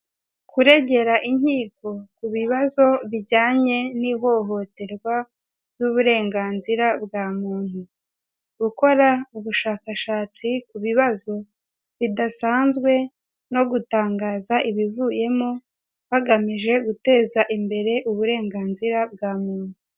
Kuregera inkiko ku bibazo bijyanye n'ihohoterwa n'uburenganzira bwa muntu, gukora ubushakashatsi kubibazo bidasanzwe no gutangaza ibivuyemo, hagamije guteza imbere uburenganzira bwa muntu.